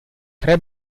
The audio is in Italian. tre